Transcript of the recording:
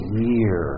year